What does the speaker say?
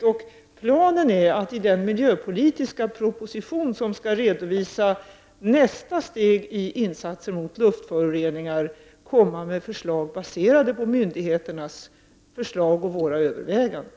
Regeringen planerar att i den miljöpolitiska proposition som skall redovisa nästa steg när det gäller insatser mot luftföroreningar lägga fram förslag baserade på myndigheternas förslag och våra överväganden.